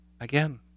again